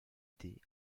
thé